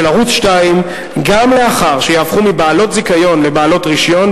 ערוץ-2 גם לאחר שיהפכו מבעלות זיכיון לבעלות רשיון,